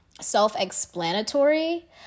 self-explanatory